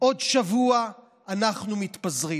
בעוד שבוע אנחנו מתפזרים.